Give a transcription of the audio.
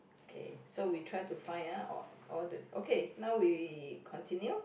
okay so we try to find ah all all the okay now we continue